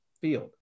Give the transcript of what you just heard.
field